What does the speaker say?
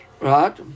Right